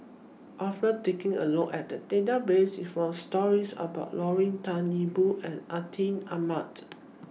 after taking A Look At The Database We found stories about Lorna Tan Yo Po and Atin Amat